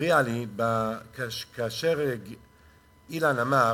הפריע לי, כאשר אילן אמר,